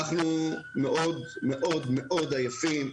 גם אנחנו מאוד מאוד עייפים.